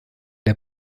der